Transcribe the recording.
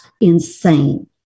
Insane